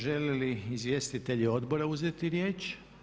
Žele li izvjestitelji odbora uzeti riječ?